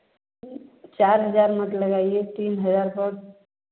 चार हज़ार मत लगाइए तीन हज़ार बहुत